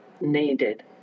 needed